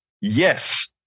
Yes